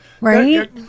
Right